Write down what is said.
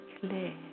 clear